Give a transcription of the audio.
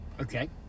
Okay